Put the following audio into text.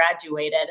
graduated